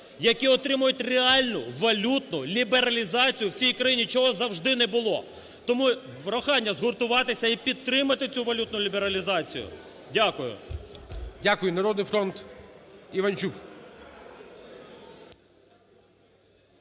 які отримають реальну валютну лібералізацію в цій країні, чого завжди не було. Тому прохання згуртуватися і підтримати цю валютну лібералізацію. Дякую. ГОЛОВУЮЧИЙ. Дякую. "Народний фронт", Іванчук.